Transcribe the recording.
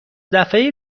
دفعه